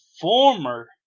former